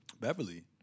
Beverly